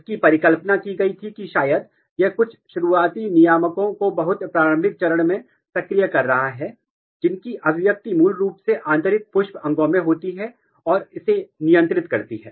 इसकी परिकल्पना की गई थी कि शायद यह कुछ शुरुआती नियामकों को बहुत प्रारंभिक चरण में सक्रिय कर रहा है जिनकी अभिव्यक्ति मूल रूप से आंतरिक पुष्प अंगों में होती है और इसे नियंत्रित करती है